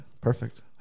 perfect